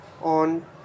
on